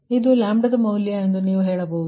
ಆದ್ದರಿಂದ ಇದು ಲ್ಯಾಂಬ್ಡಾದ ಮೌಲ್ಯ ಎಂದು ನೀವು ಹೇಳಬಹುದು